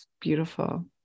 beautiful